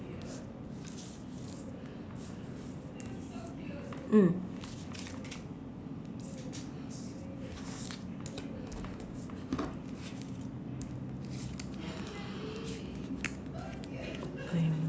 mm